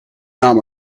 naam